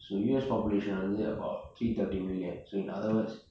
so U_S population வந்து:vanthu about thirty million so in other words